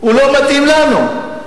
הוא לא מתאים לנו.